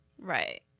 Right